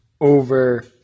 over